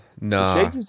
no